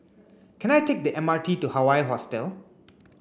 can I take the M R T to Hawaii Hostel